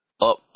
up